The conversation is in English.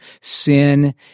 sin